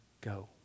go